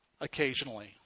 occasionally